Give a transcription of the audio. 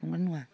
नंगौना नङा